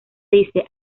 dice